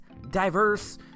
diverse